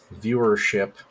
viewership